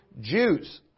Jews